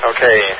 Okay